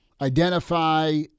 identify